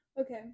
Okay